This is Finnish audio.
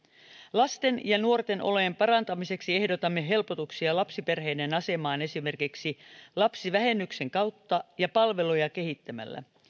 lasten ja nuorten olojen parantamiseksi ehdotamme helpotuksia lapsiperheiden asemaan esimerkiksi lapsivähennyksen kautta ja palveluja kehittämällä